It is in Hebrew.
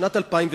בשנת 2009,